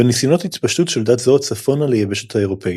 וניסיונות ההתפשטות של דת זו צפונה ליבשת האירופאית.